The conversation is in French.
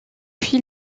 fil